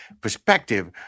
perspective